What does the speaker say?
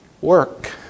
work